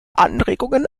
anregungen